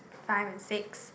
five and six